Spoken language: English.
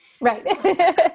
Right